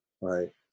right